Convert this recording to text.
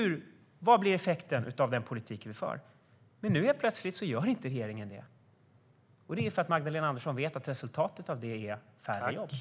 Vad blir effekten av den politik som vi för? Men nu helt plötsligt gör regeringen inte det. Det är för att Magdalena Andersson vet att resultatet av det är färre jobb.